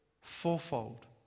fourfold